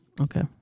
Okay